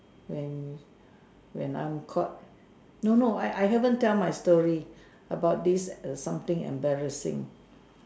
when when I'm caught no no I I haven't tell my story about this something embarrassing